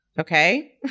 okay